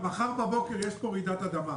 מחר בבוקר יש פה רעידת אדמה.